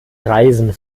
reisen